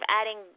adding